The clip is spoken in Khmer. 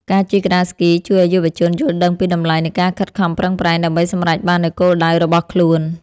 ការជិះក្ដារស្គីជួយឱ្យយុវជនយល់ដឹងពីតម្លៃនៃការខិតខំប្រឹងប្រែង ដើម្បីសម្រេចបាននូវគោលដៅរបស់ខ្លួន។